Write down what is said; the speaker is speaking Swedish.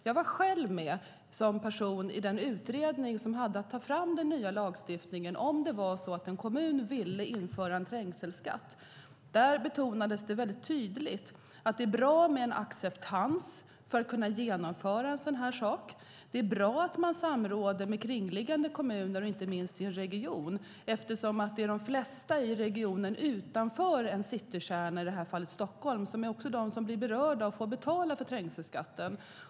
Jag var själv med i den utredning som hade att ta fram den nya lagstiftningen som skulle gälla om en kommun ville införa en trängselskatt. Där betonades väldigt tydligt att det är bra med en acceptans för att kunna genomföra en sådan här sak. Det är bra att man samråder med kringliggande kommuner, inte minst i en region, eftersom det är de flesta i regionen utanför en citykärna, i det här fallet Stockholm, som är de som blir berörda och får betala trängselskatten.